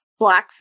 blackface